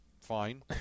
fine